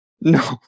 no